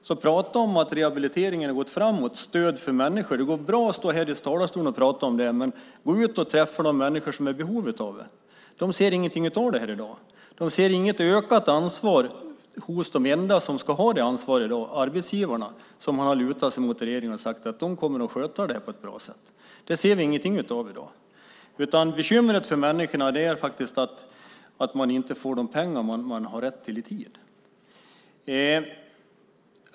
Det går bra att stå här i talarstolen och prata om att rehabiliteringen och stödet för människorna har gått framåt, men gå ut och träffa de människor som har behov av stödet. De ser inget av det i dag. De ser inget ökat ansvar hos de enda som ska ha ansvaret i dag, nämligen arbetsgivarna. Man har lutat sig mot reglerna och sagt att arbetsgivarna kommer att sköta det på ett bra sätt. Det ser vi inget av i dag. Bekymret för människorna är att de inte får de pengar de har rätt till i tid.